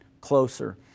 closer